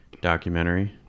documentary